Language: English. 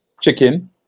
Chicken